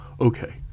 okay